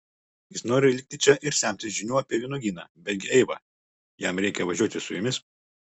jis nori likti čia ir semtis žinių apie vynuogyną betgi eiva jam reikia važiuoti su jumis